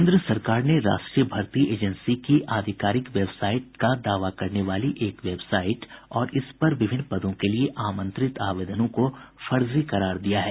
केन्द्र सरकार ने राष्ट्रीय भर्ती एजेंसी की आधिकारिक वेबसाइट का दावा करने वाली एक वेबसाइट और इस पर विभिन्न पदों के लिये आमंत्रित आवेदनों को फर्जी करार दिया है